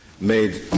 made